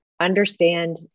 understand